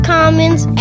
Commons